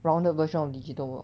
rounded version of digital watch